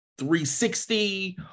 360